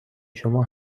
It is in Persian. شما